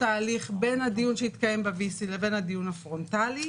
ההליך בין הדיון שהתקיים ב-VC לבין הדיון הפרונטלי.